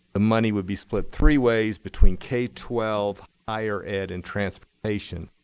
the money would be split three ways between k twelve, higher ed, and transportation